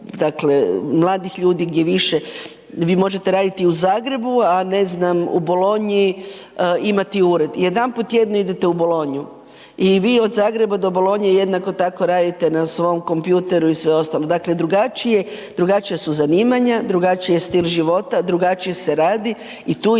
dakle mladih ljudi gdje više, vi možete raditi u Zagrebu, a ne znam u Bolonji imati ured i jedanput tjedno ide u Bolonju i vi od Zagreba do Bolonje jednako tako radite na svom kompjuteru i sve ostalo Dakle, drugačija su zanimanja, drugačiji je stil život, drugačije se radi i tu je